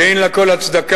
שאין לה כל הצדקה,